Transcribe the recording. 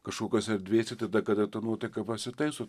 kažkokios erdvės tada kada ta nuotaika pasitaiso